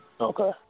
Okay